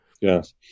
Yes